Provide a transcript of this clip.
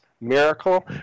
miracle